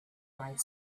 bright